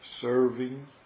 Serving